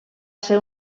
ser